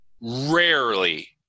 rarely